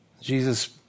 Jesus